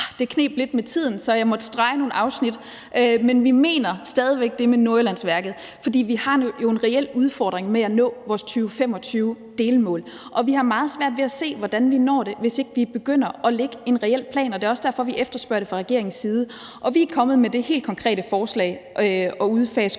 det kneb lidt med tiden, så jeg måtte strege nogle afsnit. Men vi mener stadig væk det med Nordjyllandsværket, for vi jo har en reel udfordring med at nå vores 2025-delmål, og vi har meget svært ved at se, hvordan vi når det, hvis ikke vi begynder at lægge en reel plan, og det er også derfor, vi efterspørger det fra regeringens side. Vi er kommet med det helt konkrete forslag at udfase